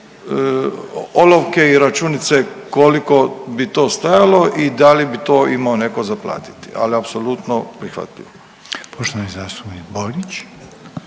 olovke i računice koliko bi to stajalo i da li bi to imao neko za platiti, ali apsolutno prihvatljivo. **Reiner, Željko